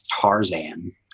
Tarzan